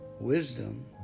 wisdom